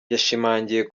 yashimangiye